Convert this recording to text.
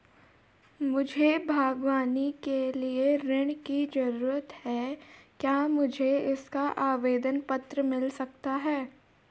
मुझे बागवानी के लिए ऋण की ज़रूरत है क्या मुझे इसका आवेदन पत्र मिल सकता है?